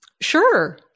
Sure